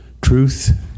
truth